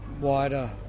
wider